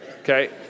okay